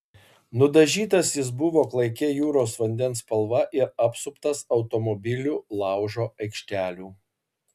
nudažytas jis buvo klaikia jūros vandens spalva ir apsuptas automobilių laužo aikštelių